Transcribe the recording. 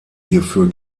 hierfür